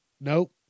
Nope